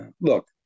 Look